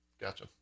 Gotcha